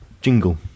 jingle